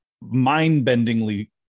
mind-bendingly